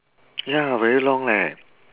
ya very long leh